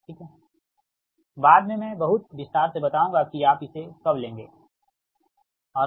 और Yiik0nyikki बाद में मैं बहुत विस्तार से बताऊंगा कि आप इसे कब लेंगे ठीक है